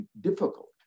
difficult